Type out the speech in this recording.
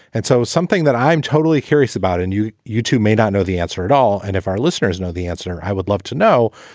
and so something that i'm totally curious about and in youtube may not know the answer at all. and if our listeners know the answer, i would love to know.